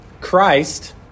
Christ